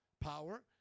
Power